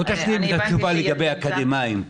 תן לי את התשובה לגבי אקדמאים מובטלים.